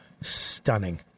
stunning